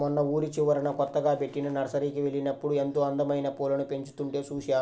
మొన్న ఊరి చివరన కొత్తగా బెట్టిన నర్సరీకి వెళ్ళినప్పుడు ఎంతో అందమైన పూలను పెంచుతుంటే చూశాను